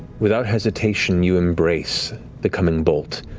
without hesitation, you embrace the coming bolt,